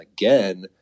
again